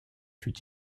fut